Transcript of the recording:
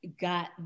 got